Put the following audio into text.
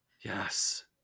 Yes